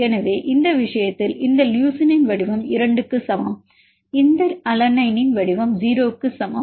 எனவே இந்த விஷயத்தில் இந்த லுசினின் வடிவம் 2 க்கு சமம் இந்த அலனைனின் வடிவம் 0 க்கு சமம்